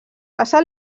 passa